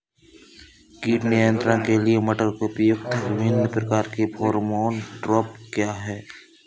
कीट नियंत्रण के लिए मटर में प्रयुक्त विभिन्न प्रकार के फेरोमोन ट्रैप क्या है?